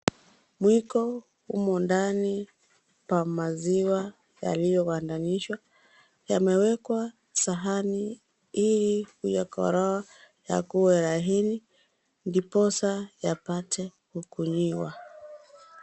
Mwiko umo ndani pa maziwa yaliyogandanishwa, yamewekwa sahani ili kuyakoroga yakuwe rahisi ndiposa yapate kukunyiwa.